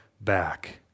back